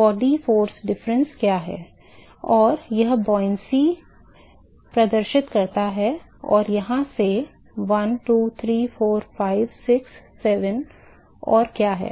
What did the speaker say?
body force difference क्या है और यह उछाल प्रदर्शित करता है और यहां से 1 2 3 4 5 6 7 और क्या है